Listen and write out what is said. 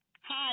Hi